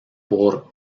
por